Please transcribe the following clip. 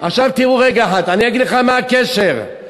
עכשיו תראו רגע אחד, מה הקשר של הדברים?